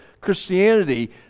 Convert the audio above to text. Christianity